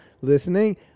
listening